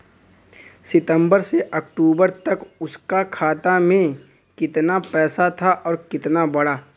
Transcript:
सितंबर से अक्टूबर तक उसका खाता में कीतना पेसा था और कीतना बड़ा?